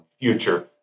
future